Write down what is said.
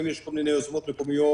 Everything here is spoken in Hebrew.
לפעמים יש כל מיני יוזמות מקומיות